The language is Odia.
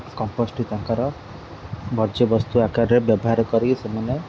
କମ୍ପୋଷ୍ଟଟି ତାଙ୍କର ଭଜ୍ୟବସ୍ତୁ ଆକାରରେ ବ୍ୟବହାର କରି ସେମାନେ